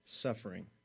suffering